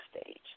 stage